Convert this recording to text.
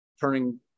turning